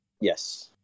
Yes